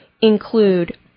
include